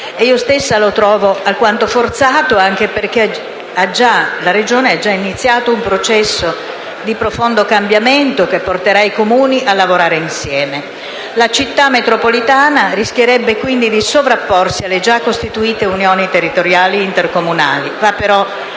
io stessa lo trovo alquanto forzato, anche perché la Regione ha già iniziato un processo di profondo cambiamento che porterà i Comuni a lavorare insieme. La Città metropolitana rischierebbe dunque di sovrapporsi alle già costituite Unioni territoriali intercomunali.